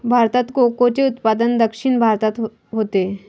भारतात कोकोचे उत्पादन दक्षिण भारतात होते